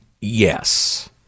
Yes